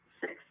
six